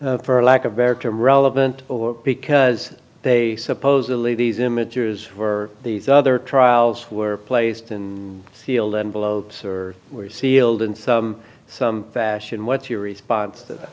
for lack of air time relevant because they supposedly these images for these other trials were placed in sealed envelopes or were sealed in some some fashion what's your response t